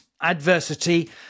adversity